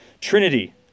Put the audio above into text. Trinity